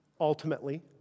ultimately